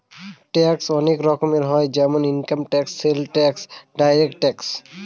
tax অনেক রকম হয় যেমন income tax, sales tax, direct tax